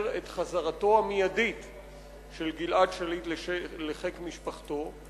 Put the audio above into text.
את חזרתו המיידית של גלעד שליט לחיק משפחתו.